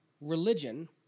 religion